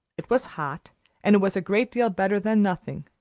it was hot and it was a great deal better than nothing.